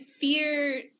fear